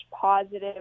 positive